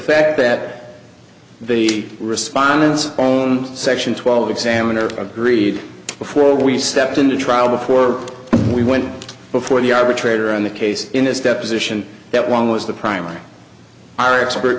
fact that the respondents on section twelve examiner agreed before we stepped in the trial before we went before the arbitrator in the case in this deposition that one was the primary our expert